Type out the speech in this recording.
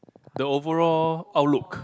the overall outlook